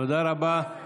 תודה רבה.